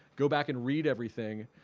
go back and read everything.